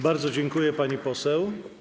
Bardzo dziękuję, pani poseł.